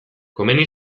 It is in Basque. komeni